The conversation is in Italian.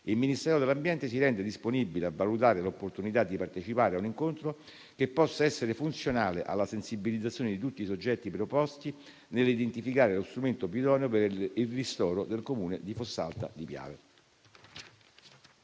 il Ministero dell'ambiente si rende disponibile a valutare l'opportunità di partecipare a un incontro che possa essere funzionale alla sensibilizzazione di tutti i soggetti preposti nell'identificare lo strumento più idoneo per il ristoro del Comune di Fossalta di Piave.